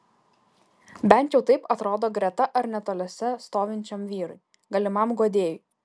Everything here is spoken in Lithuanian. bent jau taip atrodo greta ar netoliese stovinčiam vyrui galimam guodėjui